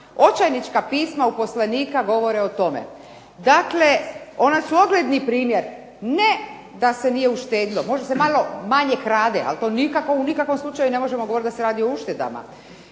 očajnička pisma uposlenika govore o tome. Dakle ona su ogledni primjer ne da se nije uštedilo, možda se malo manje krade, ali to nikako u nikakvom slučaju ne možemo govoriti da se radi o uštedama.